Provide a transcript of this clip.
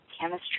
chemistry